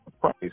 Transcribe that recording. price